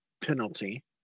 penalty